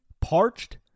Parched